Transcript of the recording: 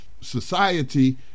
society